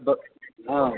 बस हाँ